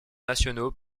nationaux